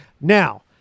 Now